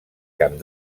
camp